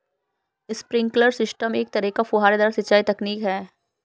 sprinkler system एक तरह का फुहारेदार सिंचाई तकनीक है